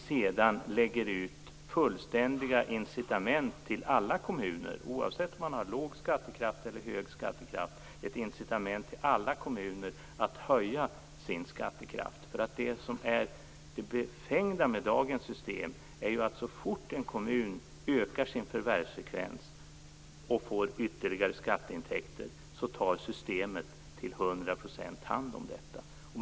Sedan lägger vi ut fullständiga incitament till alla kommuner, oavsett om man har låg eller hög skattekraft, att höja sin skattekraft. Det befängda med dagens system är att så fort en kommun ökar sin förvärvsfrekvens och får ytterligare skatteintäkter tar systemet till hundra procent hand om det.